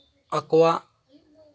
ᱟᱠᱚᱣᱟᱜ